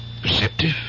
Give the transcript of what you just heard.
Perceptive